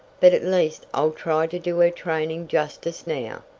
but at least i'll try to do her training justice now.